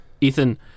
Ethan